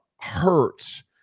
hurts